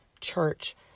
church